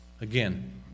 Again